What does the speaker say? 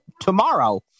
tomorrow